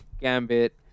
gambit